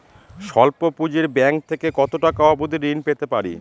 স্বল্প পুঁজির ব্যাংক থেকে কত টাকা অবধি ঋণ পেতে পারি?